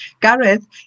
Gareth